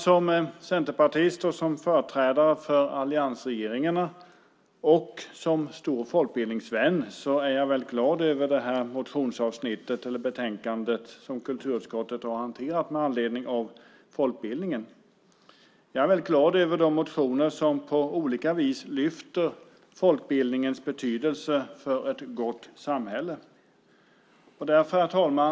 Som centerpartist och företrädare för alliansregeringen och som stor folkbildningsvän är jag väldigt glad över motionsbetänkandet som kulturutskottet har hanterat med anledning av folkbildningen. Jag är väldigt glad över de motioner som på olika vis lyfter folkbildningens betydelse för ett gott samhälle. Herr talman!